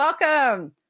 Welcome